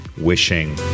Wishing